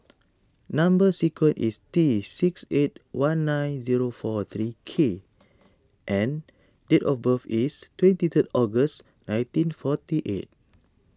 Number Sequence is T six eight one nine zero four thirty K and date of birth is twenty three August nineteen forty eight